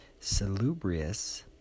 salubrious